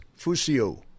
Fusio